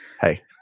Hey